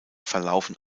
verlaufen